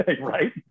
right